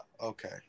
okay